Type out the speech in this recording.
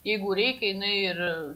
jeigu reikia jinai ir